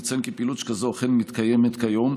נציין כי פעילות שכזאת אכן מתקיימת כיום,